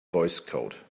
voicecode